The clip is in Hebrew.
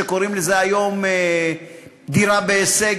שקוראים לזה היום דירה בהישג,